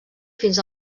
fins